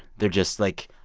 they're just, like,